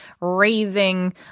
raising